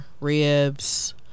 ribs